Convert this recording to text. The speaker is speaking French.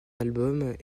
albums